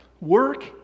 Work